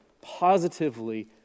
positively